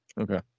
Okay